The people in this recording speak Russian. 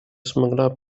смогла